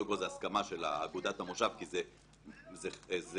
קודם כל זאת הסכמה של אגודת המושב כי זה משותף,